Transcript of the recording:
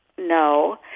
no.